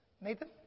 Nathan